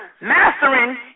mastering